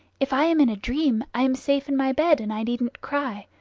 if i am in a dream, i am safe in my bed, and i needn't cry.